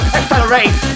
Accelerate